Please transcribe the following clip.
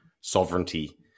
sovereignty